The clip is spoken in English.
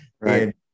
right